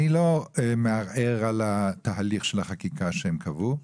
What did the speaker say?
אני לא מערער על התהליך של החקיקה שהם קבעו.